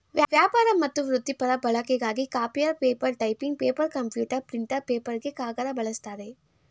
ವ್ಯಾಪಾರ ಮತ್ತು ವೃತ್ತಿಪರ ಬಳಕೆಗಾಗಿ copier paper typing paper computer printer ಪೇಪರ್ಗೆ ಕಾಗದ ಬಳಸ್ತಾರೆ